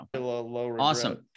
Awesome